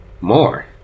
More